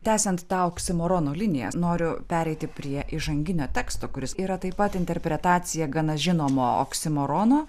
tęsiant tą oksimorono liniją noriu pereiti prie įžanginio teksto kuris yra taip pat interpretacija gana žinoma oksimorono